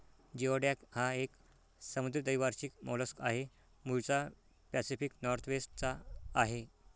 geoduck हा एक समुद्री द्वैवार्षिक मोलस्क आहे, मूळचा पॅसिफिक नॉर्थवेस्ट चा आहे